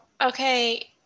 okay